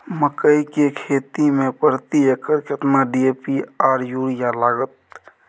मकई की खेती में प्रति एकर केतना डी.ए.पी आर यूरिया लागत?